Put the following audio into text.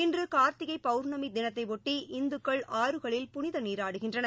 இன்றுகா்த்திகைபவுர்ணமிதினத்தையொட்டி இந்துக்கள் ஆறுகளில் புனிதநீராடுகின்றனர்